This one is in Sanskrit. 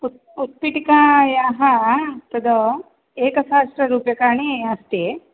उत् उत्पीठिकायाः तद् एकसहस्ररूप्यकाणि अस्ति